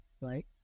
right